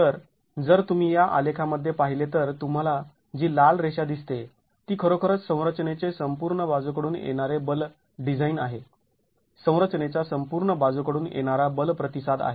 तर जर तुम्ही या आलेखामध्ये पाहिले तर तुम्हाला जी लाल रेषा दिसते ते खरोखरच संरचनेचे संपूर्ण बाजूकडून येणारे बल डिझाईन आहे संरचनेचा संपूर्ण बाजूकडून येणारा बल प्रतिसाद आहे